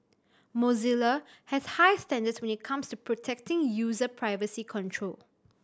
Mozilla has high standards when it comes to protecting user privacy control